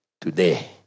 today